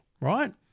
right